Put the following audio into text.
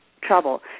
trouble